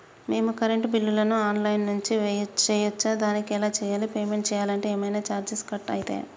మేము కరెంటు బిల్లును online నుంచి చేయచ్చా? దానికి ఎలా చేయాలి? పేమెంట్ చేయాలంటే ఏమైనా చార్జెస్ కట్ అయితయా?